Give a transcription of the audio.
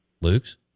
Luke's